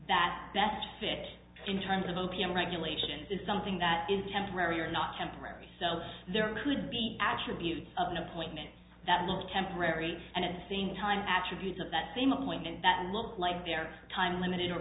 that that fit in terms of o p m regulation is something that is temporary or not temporary so there could be actual eve of an appointment that was temporary and at the same time attributes of that same appointment that look like their time limit or